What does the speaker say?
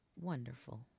wonderful